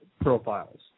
profiles